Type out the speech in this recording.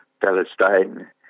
Palestine